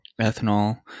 Ethanol